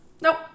Nope